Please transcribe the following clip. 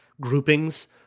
groupings